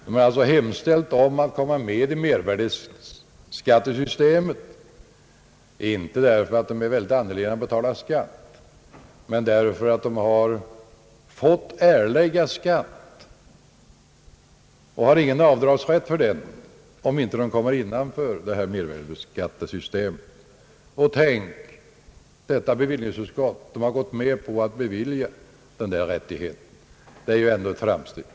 Dessa människor har hemställt om att komma med i mervärdeskattesystemet, inte därför att de är speciellt angelägna att betala skatt utan därför att de har fått erlägga skatt utan att ha någon avdragsrätt för den, för så vitt de inte kommer med i det här förslaget om detta nya skattesystem. Och tänk, bevillningsutskottet har beviljat dem denna rättighet! Det är ju ändå ett framsteg.